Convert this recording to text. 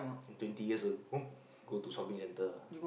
twenty years ago go to shopping centre lah